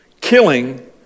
killing